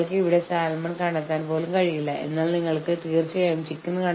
കക്ഷികൾ തമ്മിലുള്ള പൊതുതത്ത്വങ്ങൾ ഊന്നിപ്പറയുകയും വ്യത്യാസങ്ങൾ കുറയ്ക്കുകയും ചെയ്യുന്നു